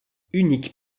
uniques